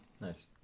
Nice